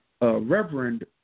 reverend